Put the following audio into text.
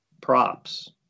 props